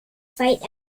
fight